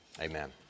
Amen